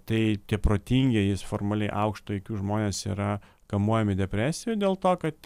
tai tie protingieji formaliai aukšto iq žmonės yra kamuojami depresijų dėl to kad